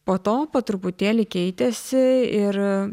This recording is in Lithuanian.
po to po truputėlį keitėsi ir